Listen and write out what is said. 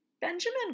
Benjamin